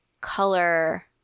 color